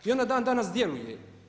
I ona dan danas djeluje.